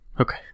Okay